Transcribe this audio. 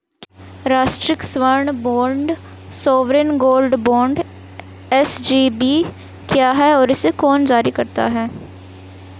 राष्ट्रिक स्वर्ण bond sovereign gold bond SGB क्या है और इसे कौन जारी करता है?